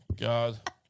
God